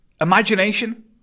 imagination